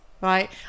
right